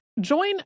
Join